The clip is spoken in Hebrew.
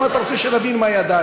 אז מה אתה רוצה שנבין מהידיים?